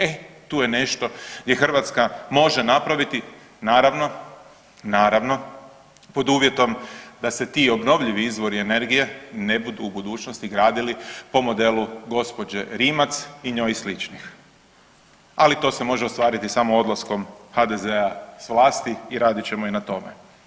E tu je nešto gdje Hrvatska može napraviti naravno, naravno pod uvjetom da se ti obnovljivi izvori energije ne budu u budućnosti gradili po modelu gđe. Rimac i njoj sličnih, ali to se može ostaviti samo odlaskom HDZ-a s vlasti i radit ćemo i na tome.